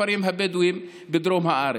בכפרים הבדואיים בדרום הארץ.